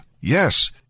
yes